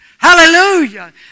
Hallelujah